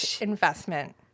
investment